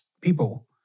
people